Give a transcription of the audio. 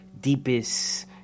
deepest